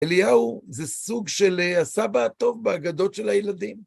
אליהו זה סוג של הסבא הטוב באגדות של הילדים.